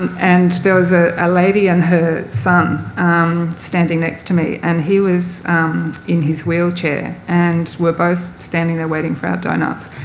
and and there was a ah lady and her son standing next to me. and he was in his wheelchair and we're both standing there waiting for our doughnuts.